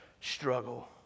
struggle